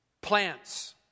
Plants